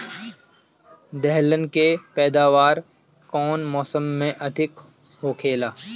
दलहन के पैदावार कउन मौसम में अधिक होखेला?